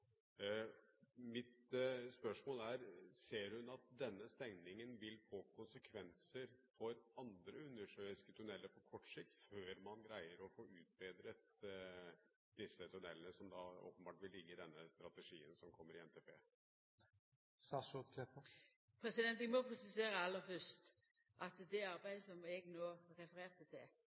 Mitt spørsmål er: Ser hun at denne stengningen på kort sikt vil få konsekvenser for andre undersjøiske tunneler før man greier å få utbedret disse tunnelene som åpenbart vil ligge i denne strategien som kommer i NTP? Vi må presisera aller fyrst: Det arbeidet som eg no refererte til,